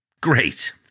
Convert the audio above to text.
Great